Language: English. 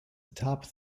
atop